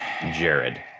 Jared